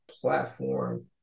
platform